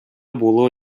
буолуо